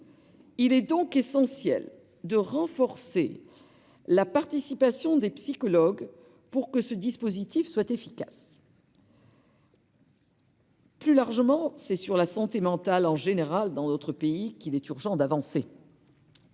Il est donc essentiel de renforcer la participation des psychologues pour que ce dispositif soit efficace. Plus largement, c'est sur la santé mentale en général dans notre pays qu'il est urgent d'avancer.